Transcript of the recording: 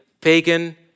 pagan